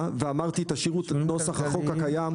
ואמרתי: תשאירו את נוסח החוק הקיים,